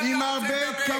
כי אתה עולה פה בצביעות.